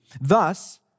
Thus